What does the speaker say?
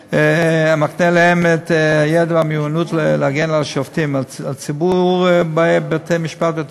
להם את הידע והמיומנות להגן על השופטים ועל ציבור באי בתי-המשפט ואת